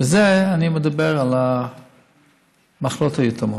אני מדבר על המחלות היתומות.